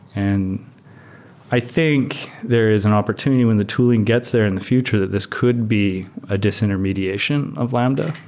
and i think there is an opportunity when the tooling gets there in the future that this could be a disintermediation of lambda,